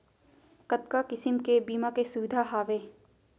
कतका किसिम के बीमा के सुविधा हावे?